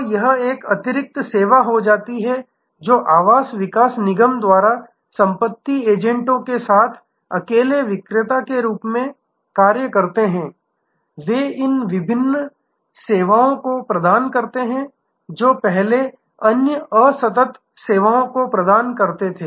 तो यह एक अतिरिक्त सेवा हो जाती है जो आवास विकास निगम द्वारा संपत्ति एजेंटों के साथ अकेले विक्रेता के रूप में काम करते हैं वे इन विभिन्न सेवाओं को प्रदान करते हैं जो पहले अन्य असतत सेवाओं को प्रदान करते हैं